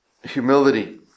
Humility